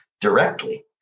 directly